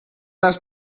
است